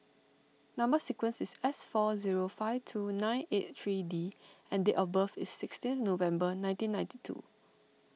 Number Sequence is S four zero five two nine eight three D and date of birth is sixteen November nineteen ninety two